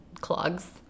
clogs